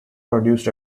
produced